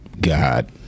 God